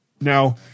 now